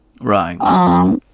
Right